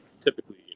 typically